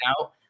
out